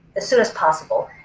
as soon as possible.